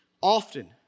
Often